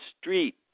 Street